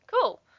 Cool